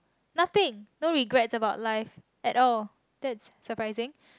nothing no regret about life at all that's surprising